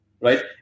right